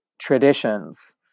traditions